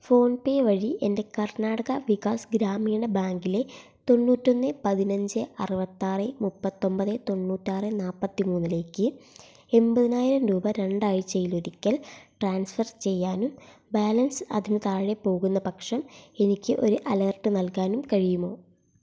PhonePe വഴി എൻ്റെ കർണാടക വികാസ് ഗ്രാമീണ ബാങ്കിലെ തൊണ്ണൂറ്റി ഒന്ന് പതിനഞ്ച് അറുപത്തി ആറ് മുപ്പത്തി ഒൻപത് തൊണ്ണൂറ്റി ആറ് നാൽപ്പത്തി മൂന്ന് ലേക്ക് എൺപതിനായിരം രൂപ രണ്ടാഴ്ചയിലൊരിക്കല് ട്രാൻസ്ഫർ ചെയ്യാനും ബാലൻസ് അതിന് താഴെ പോകുന്ന പക്ഷം എനിക്ക് ഒരു അലേർട്ട് നൽകാനും കഴിയുമോ